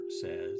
says